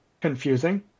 confusing